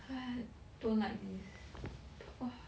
!haiya! don't like this ah